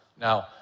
Now